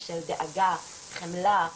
של דאגה, חמלה.